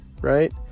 right